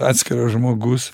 atskiras žmogus